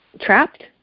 trapped